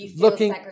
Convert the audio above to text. looking